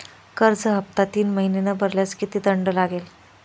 कर्ज हफ्ता तीन महिने न भरल्यास किती दंड लागेल?